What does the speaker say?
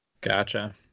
Gotcha